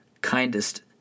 kindest